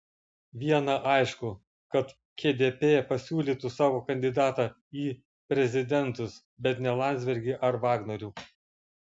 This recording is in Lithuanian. viena aišku kad kdp pasiūlytų savo kandidatą į prezidentus bet ne landsbergį ar vagnorių